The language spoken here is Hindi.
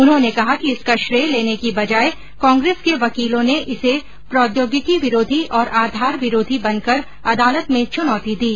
उन्होंने कहा कि इसका श्रेय लेने की बजाय कांग्रेस के वकीलों ने इसे प्रौद्योगिकी विरोधी और आधार विरोधी बनकर अदालत में चूनौती दी